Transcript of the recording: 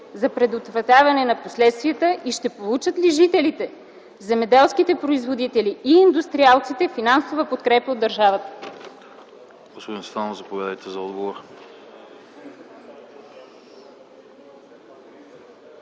за предотвратяване на последствията и ще получат ли жителите, земеделските производители и индустриалците финансова подкрепа от държавата?